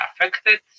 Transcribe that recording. affected